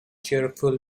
cheerful